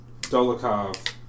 Dolokhov